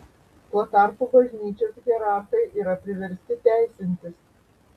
tuo tarpu bažnyčios hierarchai yra priversti teisintis